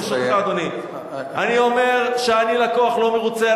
ברשותך, אדוני, אני אומר שאני לקוח לא מרוצה.